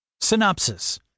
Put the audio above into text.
Synopsis